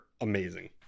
amazing